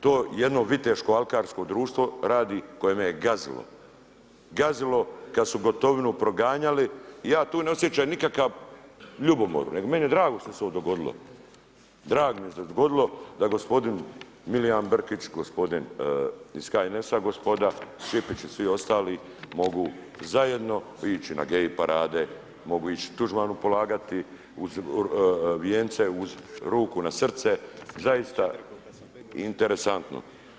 To jedno Viteško alkarsko društvo radi koje me je gazilo, gazilo kada su Gotovinu proganjali i ja tu ne osjećam nikakvu ljubomoru nego je meni drago što se ovo dogodilo, drago mi je da se dogodilo da gospodin Milijan Brkić, gospodin iz HNS-a gospoda Šipić i svi ostali mogu zajedno ići na gay parade, mogu ići Tuđmanu polagati vijence uz ruku na srce, zaista interesantno.